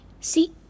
See